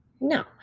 No